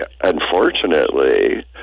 unfortunately